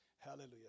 Hallelujah